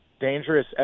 dangerous